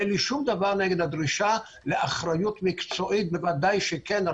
אין לי שום דבר נגד הדרישה לאחריות מקצועית - בוודאי שכן.